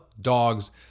dogs